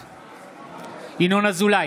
בעד ינון אזולאי,